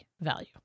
value